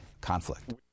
conflict